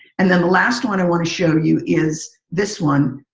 and then, the last one i want to show you is this one.